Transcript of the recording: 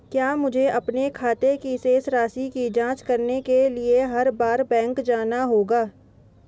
क्या मुझे अपने खाते की शेष राशि की जांच करने के लिए हर बार बैंक जाना होगा?